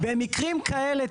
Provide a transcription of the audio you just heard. במקרים כאלה,